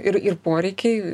ir ir poreikiai